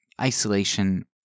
isolation